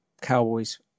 Cowboys